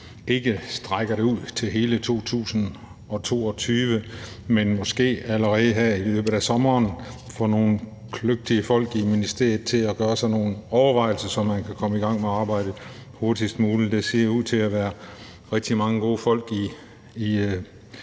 ikke strækker det helt til 2022, men måske allerede her i løbet af sommeren får nogle kløgtige folk i ministeriet til at gøre sig nogle overvejelser, så man kan komme i gang med arbejdet hurtigst muligt. Der ser ud til at være rigtig mange gode folk i udvalget,